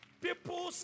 people